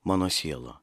mano siela